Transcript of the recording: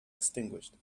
extinguished